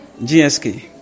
GSK